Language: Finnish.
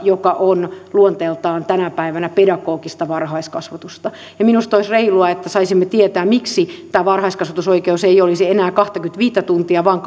joka on luonteeltaan tänä päivänä pedagogista varhaiskasvatusta minusta olisi reilua että saisimme tietää miksi tämä varhaiskasvatusoikeus ei olisi enää kahtakymmentäviittä tuntia vaan